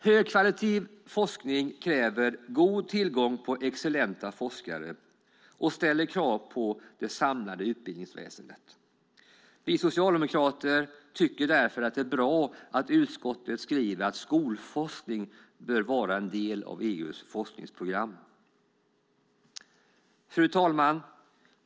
Högkvalitativ forskning kräver god tillgång på excellenta forskare och ställer krav på det samlade utbildningsväsendet. Vi socialdemokrater tycker därför att det är bra att utskottet skriver att skolforskning bör vara en del av EU:s forskningsprogram. Fru talman!